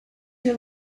your